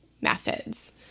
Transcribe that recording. methods